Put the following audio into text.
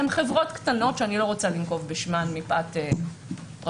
הן חברות קטנות שאני לא רוצה לנקוב בשמן מפאת פרטיותן,